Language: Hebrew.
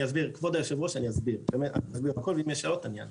כבוד היו"ר אני אסביר הכל ואם יש שאלות אני אענה.